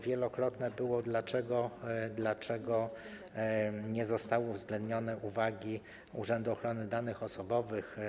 Wielokrotne padło pytanie, dlaczego nie zostały uwzględnione uwagi Urzędu Ochrony Danych Osobowych.